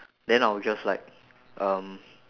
then I'll just like um